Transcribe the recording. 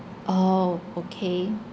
oh okay